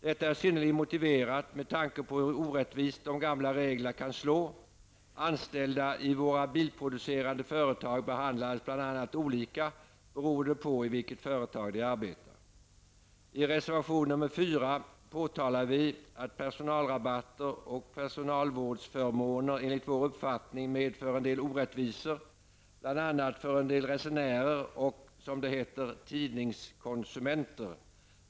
Detta är synnerligen motiverat med tanke på hur orättvist de gamla reglerna kan slå. Anställda i våra bilproducerande företag behandlas bl.a. olika beroende i vilket företag de arbetar. I reservation nr 4 påpekar vi att personalrabatter och personalvårdsförmåner enligt vår uppfattning medför en del orättvisor bl.a. för en del resenärer och, som det heter, tidningskonsumenter.